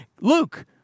Luke